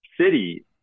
City